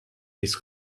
his